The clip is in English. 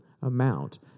amount